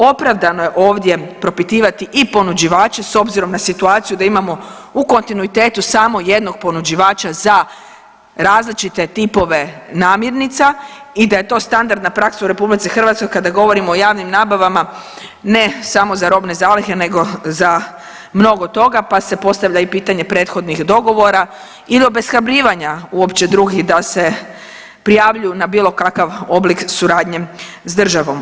Opravdano je ovdje propitivati i ponuđivače s obzirom na situaciju da imamo u kontinuitetu samo jednog ponuđivača za različite tipove namirnica i da je to standardna praksa u RH kada govorimo o javnim nabavama ne samo za robne zalihe nego za mnogo toga, pa se postavlja i pitanje prethodnih dogovora ili obeshrabrivanja uopće drugih da se prijavljuju na bilo kakav oblik suradnje s državom.